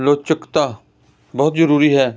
ਲਚਕਤਾ ਬਹੁਤ ਜ਼ਰੂਰੀ ਹੈ